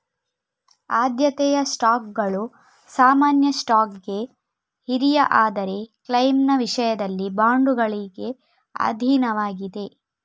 ಆದ್ಯತೆಯ ಸ್ಟಾಕ್ಗಳು ಸಾಮಾನ್ಯ ಸ್ಟಾಕ್ಗೆ ಹಿರಿಯ ಆದರೆ ಕ್ಲೈಮ್ನ ವಿಷಯದಲ್ಲಿ ಬಾಂಡುಗಳಿಗೆ ಅಧೀನವಾಗಿದೆ